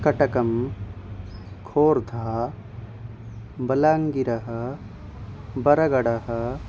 कटकं खोर्धा बलाङ्गिरः बरगडः